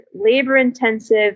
labor-intensive